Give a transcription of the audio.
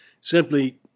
Simply